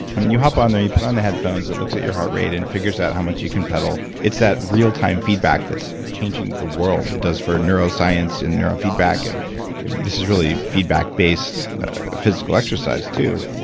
i mean, you hop on the. you put on the headphones, it looks at your heart rate and figures out how much you can pedal. it's that real time feedback that's changing the world. it does for neuroscience and neurofeedback. and this is really feedback-based physical exercise too.